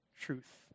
truth